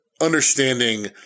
understanding